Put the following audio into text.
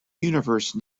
universe